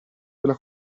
della